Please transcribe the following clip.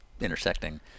intersecting